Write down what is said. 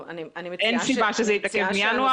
אין סיבה שזה יתעכב מינואר.